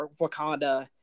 Wakanda